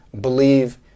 believe